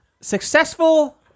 successful